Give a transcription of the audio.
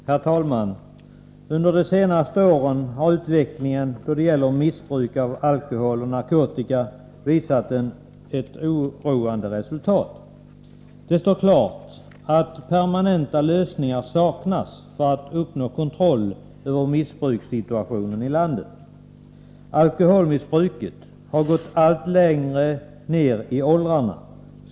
Herr talman! Under de senaste åren har utvecklingen då det gäller missbruk av alkohol och narkotika varit oroväckande. Det står klart att permanenta lösningar saknas när det gäller att uppnå kontroll över missbrukssituationen här i landet. Alkoholmissbruket har spritt sig allt längre ned i åldrarna.